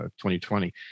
2020